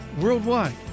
worldwide